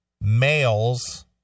males